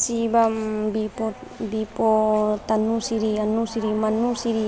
Shivam Deepak Deepo Tannushree Annushree Mannushree